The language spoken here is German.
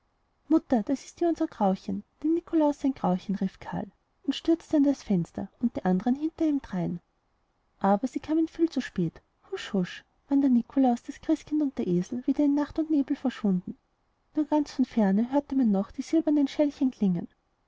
mutter das war unser grauchen dem nikolaus sein grauchen rief karl stürzte an das fenster und die andern hinter ihm drein aber sie kamen viel zu spät husch husch waren der nikolaus das christkind und der esel wieder in nacht und nebel verschwunden nur ganz von ferne hörte man noch die silbernen schellchen klingen